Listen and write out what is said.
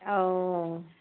অ